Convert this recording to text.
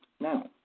Now